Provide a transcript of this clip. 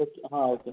okay हां okay